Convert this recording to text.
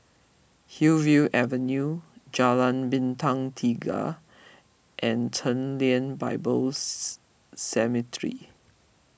Hillview Avenue Jalan Bintang Tiga and Chen Lien Bibles Seminary